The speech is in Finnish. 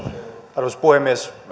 arvoisa puhemies